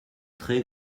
très